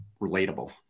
relatable